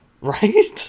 Right